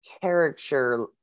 character